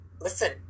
Listen